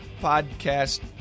podcast